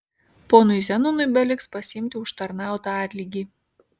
ponui zenonui beliks pasiimti užtarnautą atlygį